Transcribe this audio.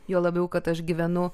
juo labiau kad aš gyvenu